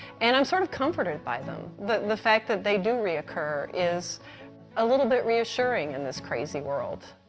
and i'm sort of comforted by them the the fact that they do reoccur is a little bit reassuring in this crazy world.